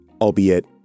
albeit